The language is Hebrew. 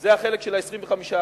זה החלק של ה-25%.